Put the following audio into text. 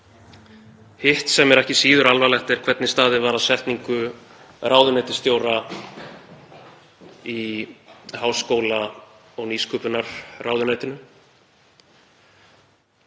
Hitt sem er ekki síður alvarlegt er hvernig staðið var að setningu ráðuneytisstjóra í háskóla- og nýsköpunarráðuneytinu.